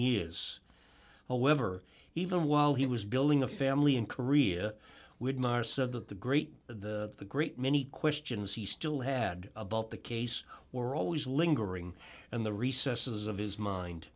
years away ever even while he was building a family in korea with maher said that the great the the great many questions he still had about the case were always lingering in the recesses of his mind